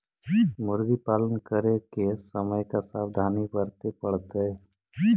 मुर्गी पालन करे के समय का सावधानी वर्तें पड़तई?